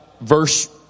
verse